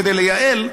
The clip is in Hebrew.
כדי לייעל,